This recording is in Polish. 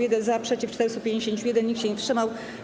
1 - za, przeciw - 451, nikt się nie wstrzymał.